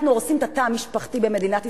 אנחנו הורסים את התא המשפחתי במדינת ישראל.